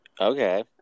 okay